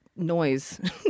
Noise